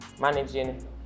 managing